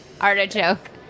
artichoke